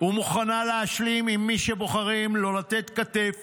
ומוכנה להשלים עם מי שבוחרים לא לתת כתף